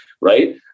Right